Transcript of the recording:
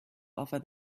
offer